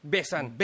Besan